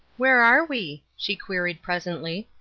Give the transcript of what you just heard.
where are we? she queried presently.